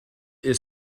est